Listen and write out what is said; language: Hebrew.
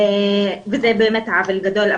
וזה באמת עוול גדול.